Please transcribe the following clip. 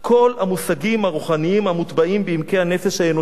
המושגים הרוחניים המוטבעים בעמקי הנפש האנושית,